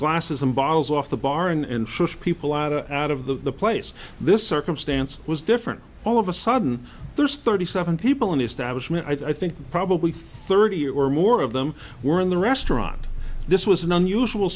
glasses and bottles off the bar and fish people out of out of the place this circumstance was different all of a sudden there's thirty seven people in the establishment i think probably thirty or more of them were in the restaurant this was an unusual